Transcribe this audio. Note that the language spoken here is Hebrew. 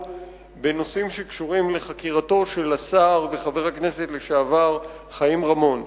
בנושאים שקשורים לחקירתו של השר וחבר הכנסת לשעבר חיים רמון.